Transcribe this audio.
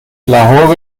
lahore